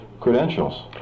credentials